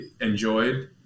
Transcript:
enjoyed